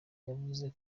yavuze